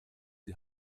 die